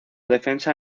defensa